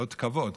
אות כבוד.